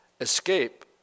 escape